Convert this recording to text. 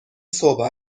صبح